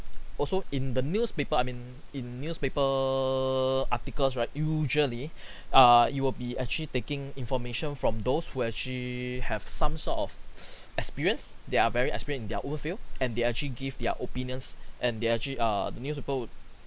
also in the newspaper I mean in newspaper articles right usually err you will be actually taking information from those who actually have some sort of s~ experience there are very experienced in their own field and they actually give their opinions and they actually err the newspaper would